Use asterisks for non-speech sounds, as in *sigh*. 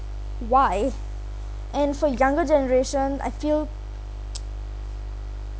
why and for younger generation I feel *noise*